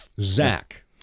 Zach